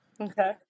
Okay